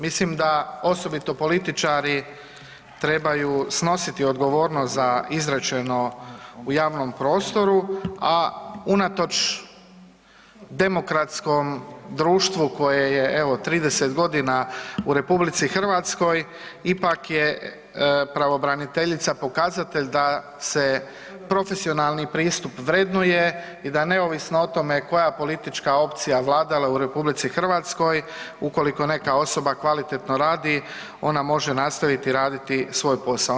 Mislim da osobito političari trebaju snositi odgovornost za izrečeno u javnom prostoru, a unatoč demokratskom društvu koje je evo 30 godina u RH ipak je pravobraniteljica pokazatelj da se profesionalni pristup vrednuje i da neovisno o tome koja politička opcija vladala u RH ukoliko neka osoba kvalitetno radi ona može nastaviti raditi svoj posao.